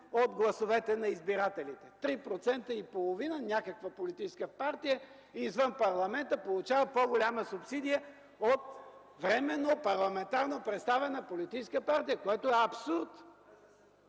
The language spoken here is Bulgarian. от гласовете на избирателите. С 3,5% някаква политическа партия извън парламента получава по-голяма субсидия от временно парламентарно представена политическа партия, което е абсурд!